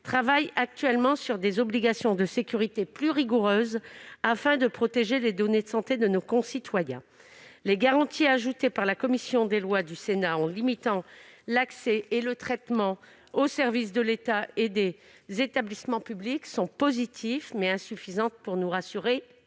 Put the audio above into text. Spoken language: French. travaille actuellement à des obligations de sécurité plus rigoureuses afin de protéger les données de santé de nos concitoyens. Les garanties ajoutées par la commission des lois du Sénat, qui limitent l'accès à ces données et leur traitement aux services de l'État et des établissements publics, sont positives mais insuffisantes pour nous rassurer